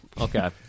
Okay